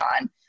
on